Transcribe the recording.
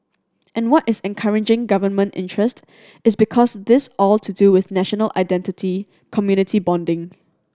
and what is encouraging government interest is because this all to do with national identity community bonding